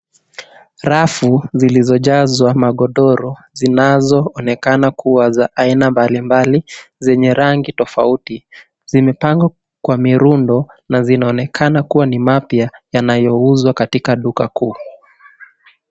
Rafu zilizojazwa magodoro zinazoonekana kuwa za aina mbalimbali zenye rangi tofauti, zimepangwa kwa mirundo na zinaonekana kuwa ni mapya yanayouzwa katika duka kuu.